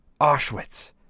Auschwitz